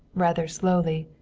rather slowly,